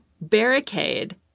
barricade